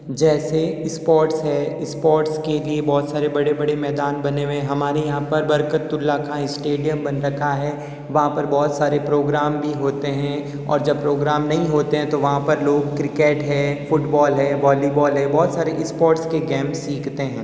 जैसे स्पोर्ट्स है स्पोर्ट्स के लिए बहुत सारे बड़े बड़े मैदान बने हुए हैं हमारे यहाँ पर बरकतउल्ला खां स्टेडियम बन रखा है वहाँ पर बहुत सारे प्रोग्राम भी होते हैं और जब प्रोग्राम नहीं होते हैं तो वहाँ पर लोग क्रिकेट है फुटबॉल है वॉलीबॉल है बहुत सारे स्पोर्ट्स के गेम्स सीखते हैं